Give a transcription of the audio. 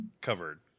covered